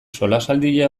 solasaldia